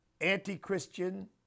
anti-Christian